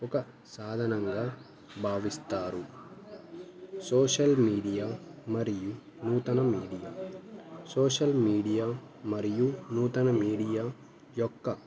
ఒక సాధనంగా భావిస్తారు సోషల్ మీడియా మరియు నూతన మీడియా సోషల్ మీడియా మరియు నూతన మీడియా యొక్క